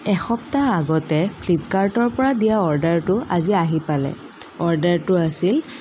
এসপ্তাহ আগতে ফ্লিপকাৰ্টৰ পৰা দিয়া অৰ্ডাৰটো আজি আহি পালে অৰ্ডাৰটো আছিল